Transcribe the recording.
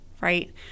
right